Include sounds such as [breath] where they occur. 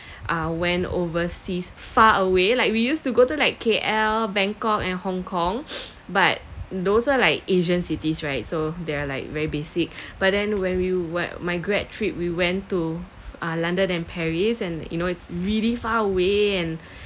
ah went overseas far away like we used to go to like K_L bangkok and Hong-Kong [breath] but those are like asian cities right so they are like very basic [breath] but then when we what my grad trip we went to ah london and paris and you know it's really far away and [breath]